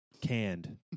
canned